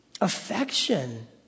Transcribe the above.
affection